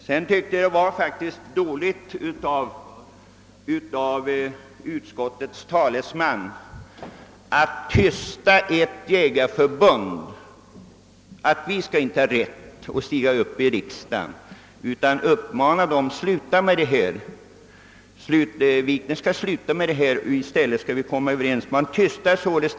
Jag tyckte att det var olämpligt av utskottets talesman att försöka tysta det jägarförbund jag tillhör och tillika mena att jag inte skall ha rätt att stiga upp och tala här i riksdagen i angelägna jaktfrågor. Han menade tydligen att jag skall sluta med detta och i stället försöka få till stånd en överenskommelse.